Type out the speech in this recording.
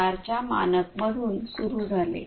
4 च्या मानकमधून सुरू झाले